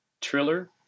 Triller